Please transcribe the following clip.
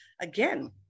again